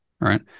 right